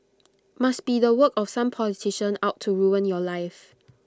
must be the work of some politician out to ruin your life